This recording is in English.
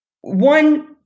One